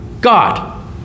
God